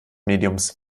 mediums